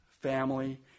family